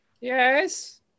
Yes